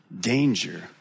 danger